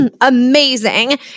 Amazing